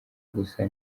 gusa